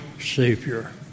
Savior